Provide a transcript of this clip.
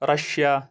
Russia